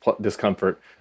discomfort